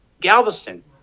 Galveston